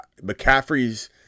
McCaffrey's